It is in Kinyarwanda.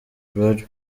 brad